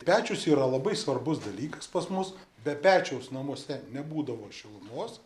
pečius yra labai svarbus dalykas pas mus be pečiaus namuose nebūdavo šilumos